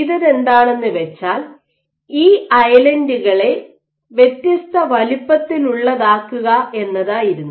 അതിനാൽ ചെയ്തത് എന്താണെന്ന് വെച്ചാൽ ഈ ഐലൻഡുകളെ വ്യത്യസ്ത വലുപ്പത്തിലുള്ളതാക്കുക എന്നതായിരുന്നു